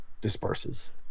disperses